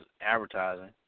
advertising